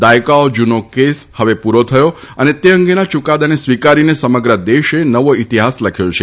દાયકાઓ જૂનો કેસ હવે પૂરો થયો અને તે અંગેના યૂકાદાને સ્વીકારીને સમગ્ર દેશે નવો ઇતિહાસ લખ્યો છે